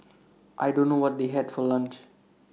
I don't know what they had for lunch